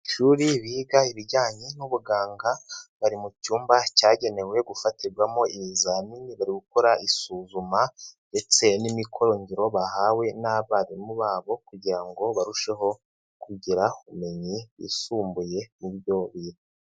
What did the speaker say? Ishuri biga ibijyanye n'ubuganga, bari mu cyumba cyagenewe gufatirwamo ibizamini, bari gukora isuzuma ndetse n'imikoro ngiro bahawe n'abarimu babo kugira ngo barusheho kugira ubumenyi bwisumbuye mu byo biga.